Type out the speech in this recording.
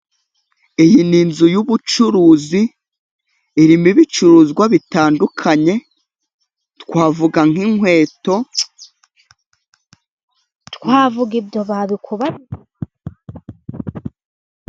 Iyi ni inzu y'ubucuruzi irimo ibicuruzwa bitandukanye twavuga nk'inkweto, twavuga,....